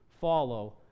follow